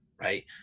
right